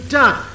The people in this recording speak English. done